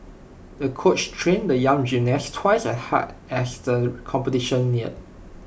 the coach trained the young gymnast twice as hard as the competition neared